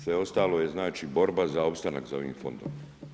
Sve ostalo je borba za ostanak za ovim fondom.